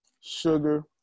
sugar